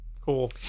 cool